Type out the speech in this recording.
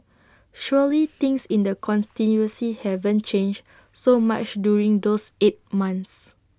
surely things in the constituency haven't changed so much during those eight months